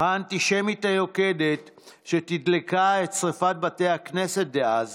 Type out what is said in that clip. האנטישמית היוקדת שתדלקה את שרפת בתי הכנסת דאז